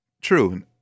True